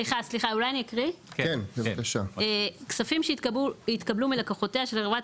אני אקריא: "כספים שהתקבלו מלקוחותיה של חברת